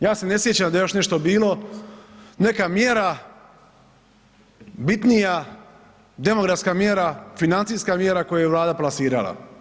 Ja se ne sjećam da je još nešto bilo, neka mjera bitnija demografska mjera, financijska mjera koju je Vlada plasirala.